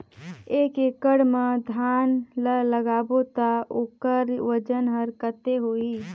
एक एकड़ मा धान ला लगाबो ता ओकर वजन हर कते होही?